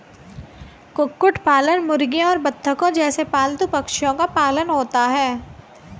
कुक्कुट पालन मुर्गियों और बत्तखों जैसे पालतू पक्षियों का पालन होता है